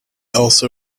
also